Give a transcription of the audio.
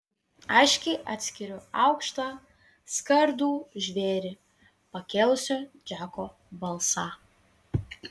aiškiai atskiriu aukštą skardų žvėrį pakėlusio džeko balsą